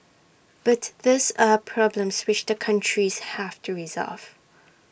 but these are problems which the countries have to resolve